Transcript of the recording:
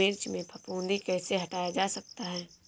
मिर्च में फफूंदी कैसे हटाया जा सकता है?